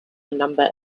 number